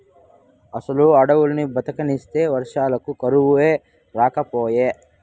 అసలు అడవుల్ని బతకనిస్తే వర్షాలకు కరువే రాకపాయే